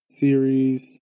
series